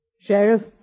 Sheriff